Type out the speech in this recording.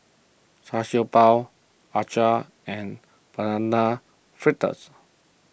Char Siew Bao Acar and Banana Fritters